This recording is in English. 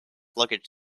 luggage